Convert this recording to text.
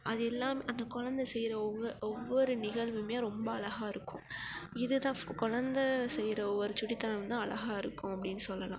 அது இல்லாமல் அந்த கொழந்த செய்கிற ஒவ்வொரு ஒவ்வொரு நிகழ்வுமே ரொம்ப அழகா இருக்கும் இதுதான் கொழந்த செய்கிற ஒரு சுட்டித்தனம் தான் அழகா இருக்கும் அப்படின்னு சொல்லலாம்